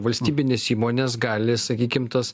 valstybinės įmonės gali sakykim tas